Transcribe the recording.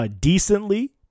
decently